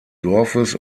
dorfes